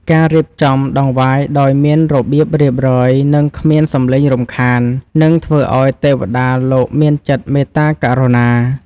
ការរៀបចំដង្វាយដោយមានរបៀបរៀបរយនិង គ្មានសំឡេងរំខាននឹងធ្វើឱ្យទេវតាលោកមានចិត្តមេត្តាករុណា។